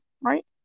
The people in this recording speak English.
right